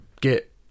get